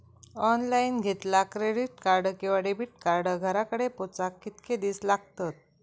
Online घेतला credit card किंवा debit card घराकडे पोचाक कितके दिस लागतत?